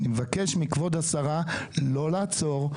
אני מבקש מכבוד השרה לא לעצור.